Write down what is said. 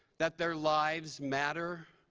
that their lives matter.